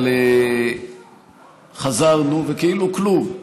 אבל חזרנו וכאילו כלום.